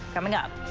coming up.